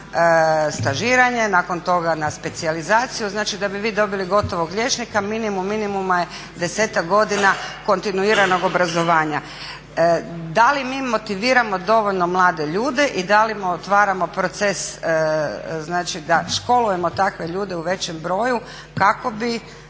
na stažiranje, nakon toga na specijalizaciju. Znači, da bi vi dobili gotovog liječnika minimum minimuma je 10-ak godina kontinuiranog obrazovanja. Da li mi motiviramo dovoljno mlade ljude i da li otvaramo proces znači da školujemo takve ljude u većem broju kako bi